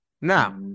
Now